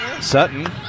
Sutton